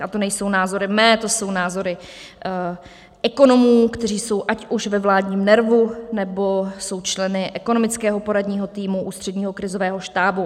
A to nejsou názory mé, ale jsou to názory ekonomů, kteří jsou ať už ve vládním NERVu, nebo jsou členy ekonomického poradního týmu Ústředního krizového štábu.